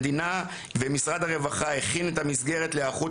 המדינה ומשרד הרווחה הכין את המסגרת להיערכות